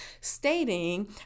stating